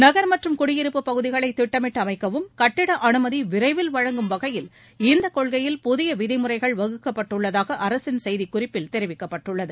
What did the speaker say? நகர் மற்றும் குடியிருப்பு பகுதிகளை திட்டமிட்டு அமைக்கவும் கட்டட அனுமதி விரைவில் வழங்கும் வகையில் இந்த கொள்கையில் புதிய விதிமுறைகள் வகுக்கப்பட்டுள்ளதாக அரசின் செய்திக் குறிப்பில் தெரிவிக்கப்பட்டுள்ளது